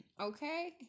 okay